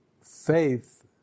faith